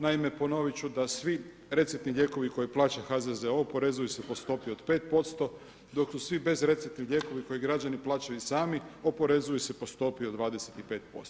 Naime, ponovit ću da svi receptni lijekovi koje plaća HZZO oporezuju se po stopi od 5% dok su svi bezreceptni lijekovi koje građani plaćaju i sami, oporezuju se po stopi od 25%